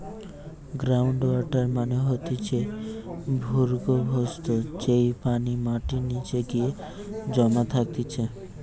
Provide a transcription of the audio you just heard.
ground water মানে হতিছে ভূর্গভস্ত, যেই পানি মাটির নিচে গিয়ে জমা থাকতিছে